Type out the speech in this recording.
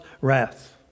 wrath